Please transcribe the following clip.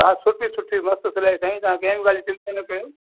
हा सुठी सुठी मस्तु सिलाई कयूं था तव्हां कंहिं बि ॻाल्हि जी चिन्ता न कयो